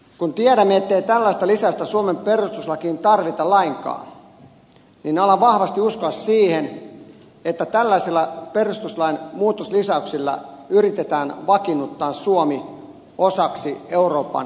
kun tiedämme ettei tällaista lisäystä suomen perustuslakiin tarvita lainkaan niin alan vahvasti uskoa siihen että tällaisella perustuslain muutoslisäyksellä yritetään vakiinnuttaa suomi osaksi euroopan federaatiota